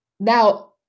Now